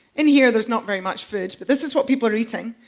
and here there's not very much food, but this is what people are eating.